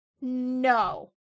No